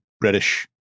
British